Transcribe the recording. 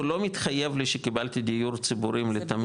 הוא לא מתחייב לי שקיבלתי דיור ציבורי לתמיד.